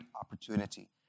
opportunity